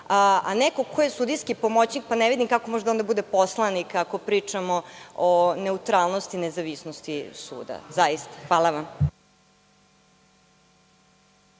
temi. Neko ko je sudijski pomoćnik ne vidim kako može da bude poslanik ako pričamo o neutralnosti i nezavisnosti suda. Hvala